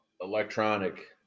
electronic